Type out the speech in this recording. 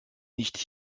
nicht